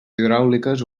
hidràuliques